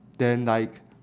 then like